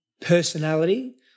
personality